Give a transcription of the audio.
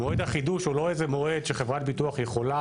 מועד החידוש הוא לא איזה מועד שחברת ביטוח יכולה